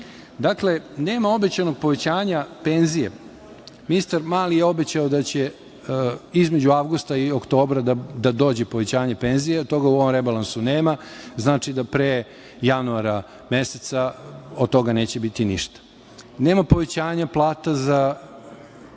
Dakle, nema obećanog povećanja penzija. Ministar Mali obećao je da će između avgusta i oktobra da dođe povećanje penzija, toga u ovom rebalansu nema. Znači da pre januara meseca od toga neće biti ništa. Nema povećanja plate za